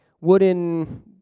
wooden